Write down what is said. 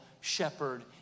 shepherd